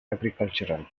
agricultural